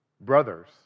Brothers